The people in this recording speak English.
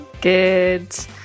Good